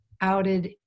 outed